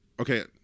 Okay